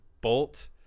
Bolt